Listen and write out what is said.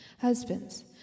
Husbands